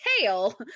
tail